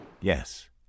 Yes